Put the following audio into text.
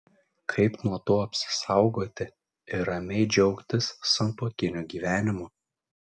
kaip nuo to apsisaugoti ir ramiai džiaugtis santuokiniu gyvenimu